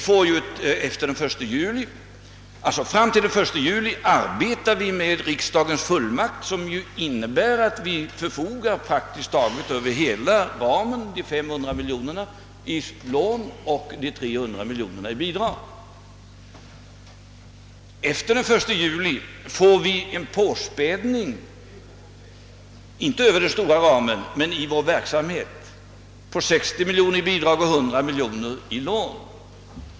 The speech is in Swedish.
Fram till den 1 juli 1967 arbetar vi med riksdagens fullmakt, som innebär att vi förfogar över praktiskt taget hela medelsramen, 500 miljoner kronor i lån och 300 miljoner kronor i bidrag. Efter den 1 juli får vi en påspädning, inte över Iden stora ramen men i vår verksamhet, med 60 miljoner kronor i bidrag och 100 miljoner kronor i lån.